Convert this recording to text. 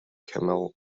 camel